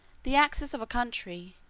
the access of a country,